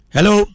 Hello